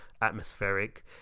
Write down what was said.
atmospheric